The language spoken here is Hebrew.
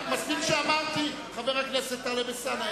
אבל מה, מספיק שאמרתי: חבר הכנסת טלב אלסאנע.